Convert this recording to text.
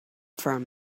from